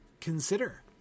consider